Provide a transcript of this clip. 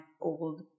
old